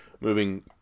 Moving